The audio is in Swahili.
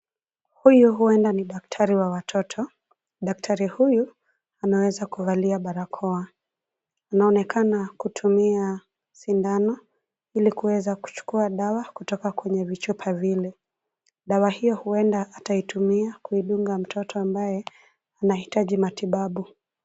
Huyu huenda ni daktari wa watoto, daktari huyu anaweza kuvalia barakoa. Anaonekana kutumia sindano ili kuweza kuchukua dawa kutoka kwenye vichupa vile. Dawa hio huenda ataitumia kuidunga mtoto ambaye anahitaji matibabu.